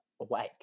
awake